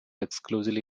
exclusively